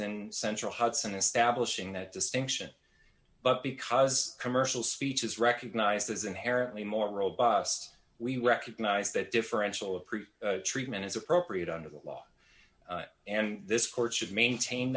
than central hudson establishing that distinction but because commercial speech is recognized as inherently more robust we recognize that differential approved treatment is appropriate under the law and this court should maintain